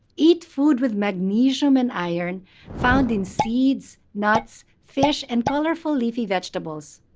eat food with magnesium and iron found in seeds, nuts, fish and colorful leafy vegetables.